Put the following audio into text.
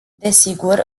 desigur